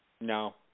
No